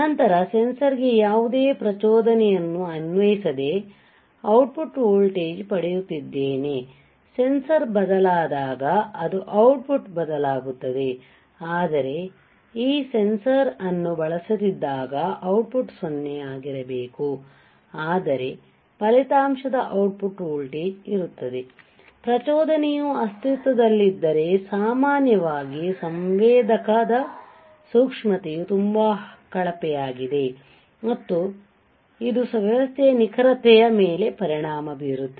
ನಂತರ ಸೆನ್ಸರ್ ಗೆ ಯಾವುದೇ ಪ್ರಚೋದನೆಯನ್ನು ಅನ್ವಯಿಸದೆ ಔಟ್ ಪುಟ್ ವೋಲ್ಟೇಜ್ ಪಡೆಯುತ್ತಿದ್ದೇವೆ ಸೆನ್ಸರ್ ಬದಲಾದಾಗ ಅದು ಔಟ್ ಪುಟ್ ಬದಲಾಗುತ್ತದೆ ಆದರೆ ಈ ಸೆನ್ಸರ್ ಅನ್ನು ಬಳಸದಿದ್ದಾಗ ಔಟ್ ಪುಟ್ 0 ಆಗಿರಬೇಕು ಆದರೆ ಫಲಿತಾಂಶದ ಔಟ್ ಪುಟ್ ವೋಲ್ಟೇಜ್ ಇರುತ್ತದೆ ಪ್ರಚೋದನೆಯು ಅಸ್ತಿತ್ವದಲ್ಲಿದ್ದರೆ ಸಾಮಾನ್ಯವಾಗಿ ಸಂವೇದಕದ ಸೂಕ್ಷ್ಮತೆಯು ತುಂಬಾ ಕಳಪೆಯಾಗಿದೆ ಮತ್ತು ಆದ್ದರಿಂದ ಇದು ವ್ಯವಸ್ಥೆಯ ನಿಖರತೆಯ ಮೇಲೆ ಪರಿಣಾಮ ಬೀರುತ್ತದೆ